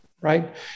right